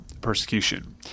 persecution